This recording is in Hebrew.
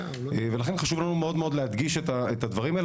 ולכן חשוב לנו מאוד להדגיש את הדברים האלה.